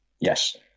Yes